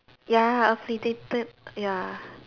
ya affiliated ya